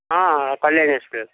ହଁ କଲ୍ୟାଣୀ ଏକ୍ସପ୍ରେସ